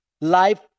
life